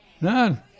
None